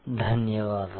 ధన్యవాదాలు